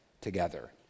together